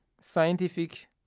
scientific